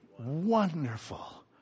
wonderful